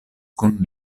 kun